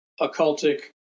occultic